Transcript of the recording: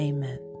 Amen